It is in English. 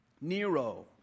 Nero